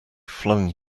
flung